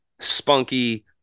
spunky